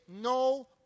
no